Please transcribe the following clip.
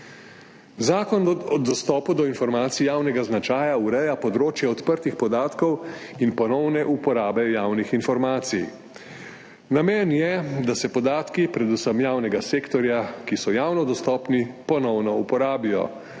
Zakon o dostopu do informacij javnega značaja ureja področje odprtih podatkov in ponovne uporabe javnih informacij. Namen je, da se podatki, predvsem javnega sektorja, ki so javno dostopni, ponovno uporabijo